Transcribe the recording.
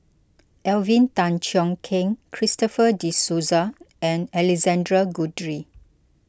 Alvin Tan Cheong Kheng Christopher De Souza and Alexander Guthrie